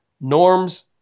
Norm's